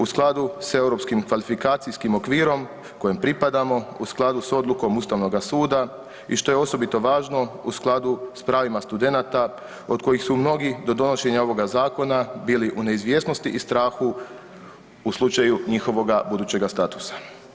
U skladu s Europskim kvalifikacijskim okvirom kojem pripadamo, u skladu s odlukom Ustavnoga suda i što je osobito važno u skladu s pravima studenata od kojih su mnogi do donošenja ovoga zakona bili u neizvjesnosti i strahu u slučaju njihovoga budućega statusa.